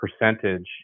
percentage